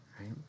right